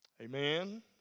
Amen